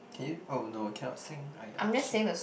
can you oh no cannot sing [aiya] shit